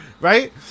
Right